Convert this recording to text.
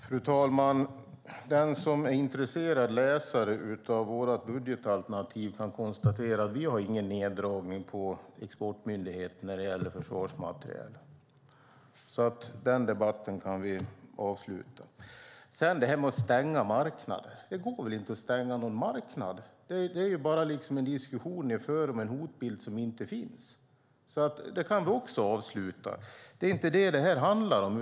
Fru talman! Den som är intresserad läsare av vårt budgetalternativ kan konstatera att vi inte gör någon neddragning på exportmyndigheten när det gäller försvarsmateriel. Den debatten kan vi alltså avsluta. Sedan talar man om att stänga marknader. Det går väl inte att stänga en marknad? Ni för en diskussion utifrån en hotbild som inte finns. Den diskussionen kan vi också avsluta. Det är inte det som den här debatten handlar om.